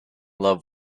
love